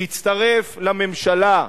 להצטרף לממשלה.